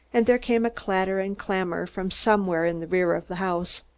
and there came a clatter and clamor from somewhere in the rear of the house.